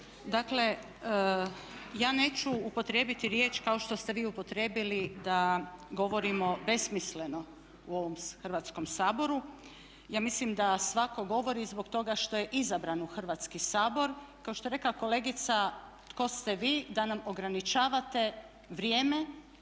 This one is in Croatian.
dakle ja neću upotrijebiti riječ kao što ste vi upotrijebili da govorimo besmisleno u ovom Hrvatskom saboru, ja mislim da svatko govori zbog toga što je izabran u Hrvatski sabor. Kao što je rekla kolegica tko ste vi da nam ograničavate vrijeme,